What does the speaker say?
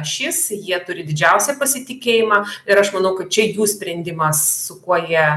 ašis jie turi didžiausią pasitikėjimą ir aš manau kad čia jų sprendimas su kuo jie